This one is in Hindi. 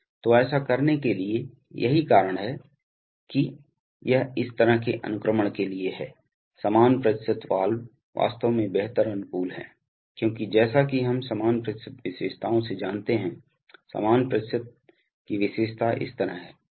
तो ऐसा करने के लिए यही कारण है कि यह इस तरह के अनुक्रमण के लिए है समान प्रतिशत वाल्व वास्तव में बेहतर अनुकूल हैं क्योंकि जैसा कि हम समान प्रतिशत विशेषताओं से जानते हैं समान प्रतिशत की विशेषता इस तरह है